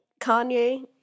Kanye